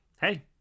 hey